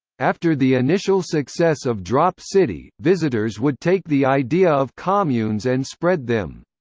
after the initial success of drop city, visitors would take the idea of communes and spread them.